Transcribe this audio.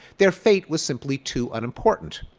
their fate was simply too unimportant.